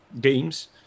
games